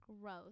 Gross